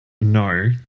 No